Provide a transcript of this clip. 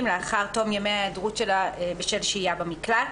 לאחר תום ההיעדרות שלה בשל שהייה במקלט.